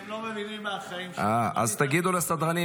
הם לא מבינים מהחיים שלהם --- תגידו לסדרנים